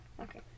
Okay